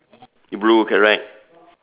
blue correct